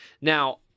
Now